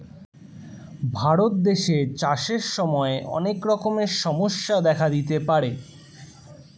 ভারত দেশে চাষের সময় অনেক রকমের সমস্যা দেখা দিতে পারে